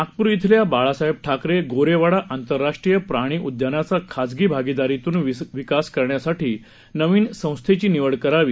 नागपूर इथल्या बाळासाहेब ठाकरे गोरेवाडा आंतरराष्ट्रीय प्राणी उद्यानाचा खासगी भागीदारीतून विकास करण्यासाठी नवीन संस्थेची निवड करावी